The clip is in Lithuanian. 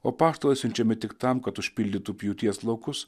o apaštalai siunčiami tik tam kad užpildytų pjūties laukus